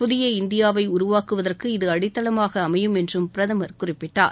புதிய இந்தியாவை உருவாக்குவதற்கு இது அடித்தளமாக அமையும் என்றும் பிரதமர் குறிப்பிட்டார்